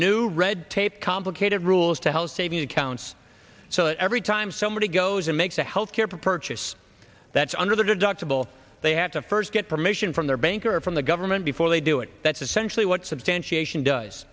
new red tape complicated rules to health savings accounts so that every time somebody goes and makes a health care purchase that's under their deductible they have to first get permission from their banker or from the government before they do it that's essentially what substantiation does